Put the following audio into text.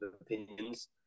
opinions